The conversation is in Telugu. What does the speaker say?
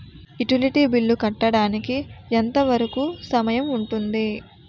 యుటిలిటీ బిల్లు కట్టడానికి ఎంత వరుకు సమయం ఉంటుంది?